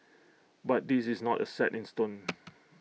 but this is not A set in stone